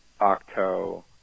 Octo